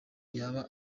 yaba